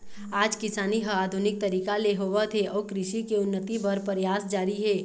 आज किसानी ह आधुनिक तरीका ले होवत हे अउ कृषि के उन्नति बर परयास जारी हे